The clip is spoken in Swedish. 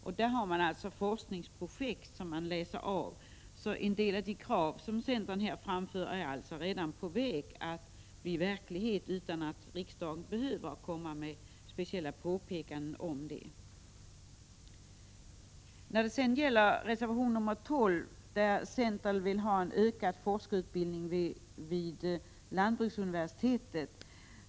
Där läser man alltså av forskningsprojekt. Så en del av de krav som centern framför är alltså på väg att bli verklighet utan att riksdagen behöver komma med speciella påpekanden. I reservation 12 önskar centern en ökning av forskarutbildningen vid lantbruksuniversitetet.